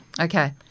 Okay